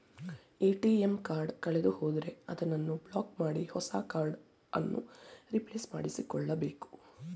ATM card ಕಳೆದುಹೋದರೆ ಅದನ್ನು block ಮಾಡಿ ಹೊಸ ಕಾರ್ಡ್ ಅನ್ನು ರಿಪ್ಲೇಸ್ ಮಾಡಿಸಿಕೊಳ್ಳಬೇಕು